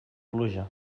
pluja